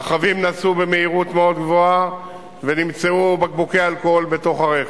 הרכבים נסעו במהירות מאוד גבוהה ונמצאו בקבוקי אלכוהול בתוך הרכב.